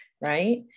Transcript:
right